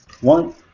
one